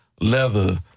leather